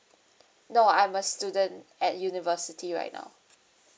no I'm a student at university right now